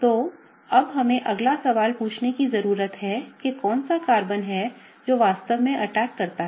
तो अब हमें अगला सवाल पूछने की जरूरत है कि कौन सा कार्बन है जो वास्तव में अटैक करता है